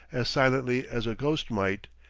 as silently as a ghost might,